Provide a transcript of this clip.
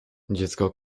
dziecko